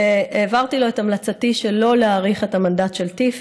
העברתי לו את המלצתי שלא להאריך את המנדט של טי"פ.